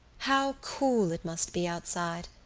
how cool it must be outside!